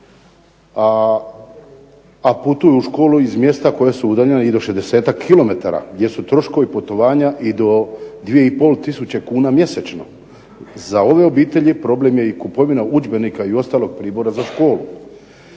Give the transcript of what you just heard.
a putuju u školu iz mjesta koja su udaljena i do 60-tak kilometara gdje su troškovi putovanja i do 2500 kuna mjesečno. Za ove obitelji problem je i kupovina udžbenika i ostalog pribora za školu.